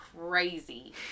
crazy